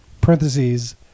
parentheses